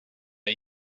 are